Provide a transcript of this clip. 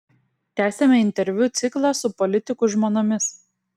tęsiame interviu ciklą su politikų žmonomis